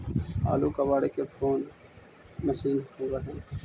आलू कबाड़े के कोन मशिन होब है?